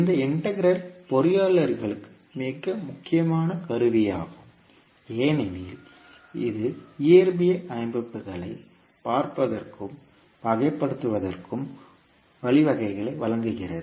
இந்த இன்டெக்ரல் பொறியியலாளர்களுக்கு மிக முக்கியமான கருவியாகும் ஏனெனில் இது இயற்பியல் அமைப்புகளைப் பார்ப்பதற்கும் வகைப்படுத்துவதற்கும் வழிவகைகளை வழங்குகிறது